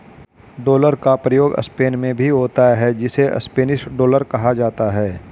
dollar का प्रयोग Spain में भी होता है जिसे स्पेनिश डॉलर कहा जाता है